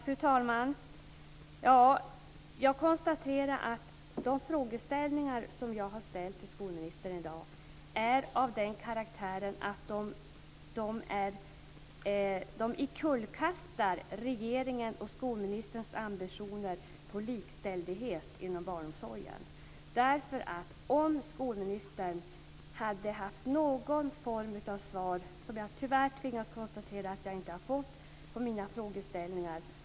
Fru talman! Jag konstaterar att de frågor som jag har ställt till skolministern i dag är av den karaktären att de omkullkastar regeringens och skolministerns ambitioner på likställighet inom barnomsorgen. Om skolministern hade haft någon form av svar på mina frågor, vilket jag tyvärr tvingas konstatera att jag inte har fått, hade jag fått ett sådant.